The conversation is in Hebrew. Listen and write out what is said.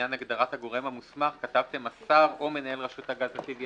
לעניין הגדרת "הגורם המוסמך" כתבתם: השר או מנהל רשות הגז הטבעי.